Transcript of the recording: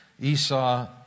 Esau